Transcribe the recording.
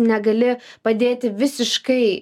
negali padėti visiškai